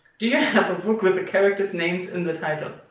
do you have a book with the character's names in the title?